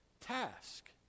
task